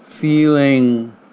feeling